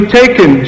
taken